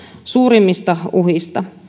suurimpia uhkia